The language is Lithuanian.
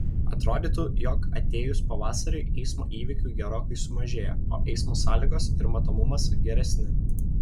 atrodytų jog atėjus pavasariui eismo įvykių gerokai sumažėja o eismo sąlygos ir matomumas geresni